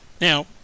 Now